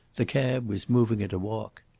the cab was moving at a walk.